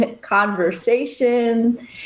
conversation